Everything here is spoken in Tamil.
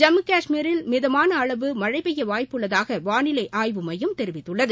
ஜம்மு கஷ்மீரில் மிதமான அளவு மழை பெய்ய வாய்ப்புள்ளதாக வானிலை ஆய்வு மையம் தெரிவித்துள்ளது